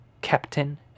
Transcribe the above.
captain